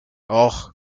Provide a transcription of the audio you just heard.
och